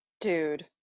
dude